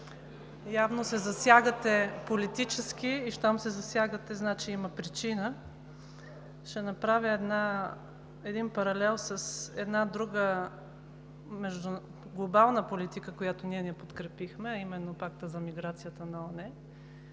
Явно се засягате политически. Щом се засягате, значи има причина. Ще направя паралел с една друга глобална политика, която ние не подкрепихме, а именно Пакта за миграцията на ООН